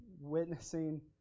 witnessing